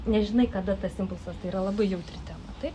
nežinai kada tas impulsas tai yra labai jautri tema taip